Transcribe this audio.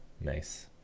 nice